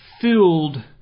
filled